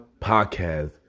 Podcast